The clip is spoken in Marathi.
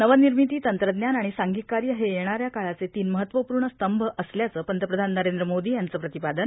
नवनिर्मिती तंत्रज्ञान आणि सांधिक कार्य हे येणाऱ्या काळचे तीन महत्वपूर्ण स्तंभ असल्याचं पंतप्रधान नरेंद्र मोदी यांचं प्रतिपादन